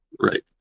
Right